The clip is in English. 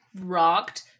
rocked